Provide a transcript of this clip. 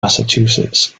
massachusetts